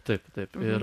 taip taip ir